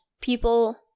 people